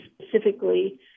specifically